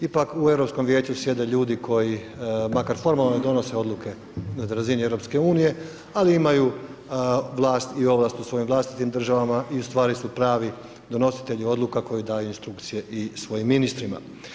Ipak u Europskom vijeću sjede ljudi koji makar formalno ne donose odluke na razini EU, ali imaju vlasti o ovlast u svojim vlastitim državama i pravi su donositelji odluka koji daju instrukcije i svojim ministrima.